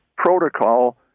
protocol